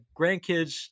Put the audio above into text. grandkids